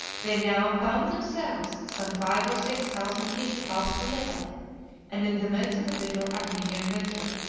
they now found themselves some five or six thousand feet above sea-level and in the midst of a bitter armenian winter.